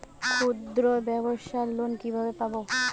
ক্ষুদ্রব্যাবসার লোন কিভাবে পাব?